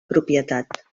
propietat